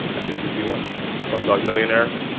that's an easy one slumdog millionaire.